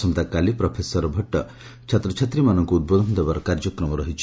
ଆସନ୍ତାକାଲି ପ୍ରଫେସର ଭଟ ଛାତ୍ରଛାତ୍ରୀମାନଙ୍କୁ ଉଦ୍ବୋଧନ ଦେବାର କାର୍ଯ୍ୟକ୍ରମ ରହିଛି